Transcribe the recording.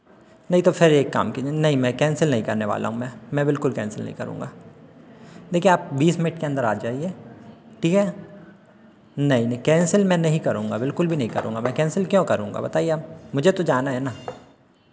नहीं तो फिर एक काम कीजिए नहीं मैं कैंसिल नहीं करने वाला हूँ मैं मैं बिलकुल कैंसिल नहीं करूँगा देखिए आप बीस मिनट के अंदर आ जाइए ठीक है नहीं नहीं कैंसिल मैं नहीं करूँगा बिलकुल भी नहीं करूँगा मैं कैंसिल क्यों करूँगा बताइए मुझे तो जाना है ना